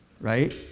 right